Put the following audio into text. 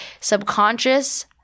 Subconscious